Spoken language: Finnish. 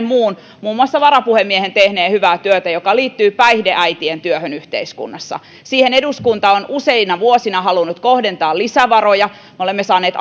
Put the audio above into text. muun muun muassa varapuhemiehen tehneen hyvää työtä joka liittyy päihdeäitejä koskevaan työhön yhteiskunnassa siihen eduskunta on useina vuosina halunnut kohdentaa lisävaroja me olemme saaneet